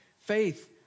faith